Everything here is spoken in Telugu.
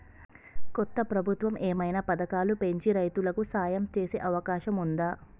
కొత్త ప్రభుత్వం ఏమైనా పథకాలు పెంచి రైతులకు సాయం చేసే అవకాశం ఉందా?